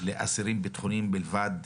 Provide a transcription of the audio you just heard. לאסירים ביטחוניים בלבד,